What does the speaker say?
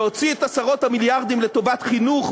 להוציא את עשרות המיליארדים לטובת חינוך,